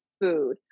food